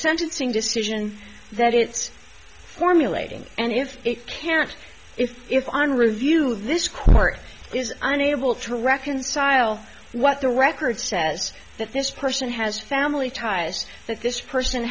decision that it's formulating and if it can't if if on review this court is unable to reconcile what the record says that this person has family ties that this person